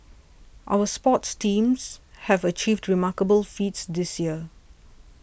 our sports teams have achieved remarkable feats this year